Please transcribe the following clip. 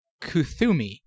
Kuthumi